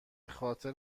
خاطر